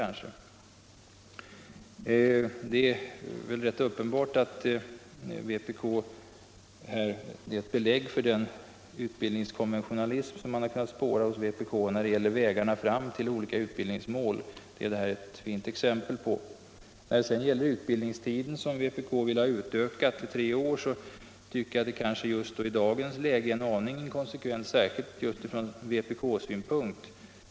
Vpk har här givit belägg för den utbildningskonventionalism som man tidigare kunnat spåra hos vpk när det gäller vägarna fram till olika utbildningsmål. Det är detta ett fint exempel på. Vpk vill ha utbildningstiden förlängd till tre år. Det tycker jag är en aning inkonsekvent, särskilt från vpk-synpunkt.